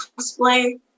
cosplay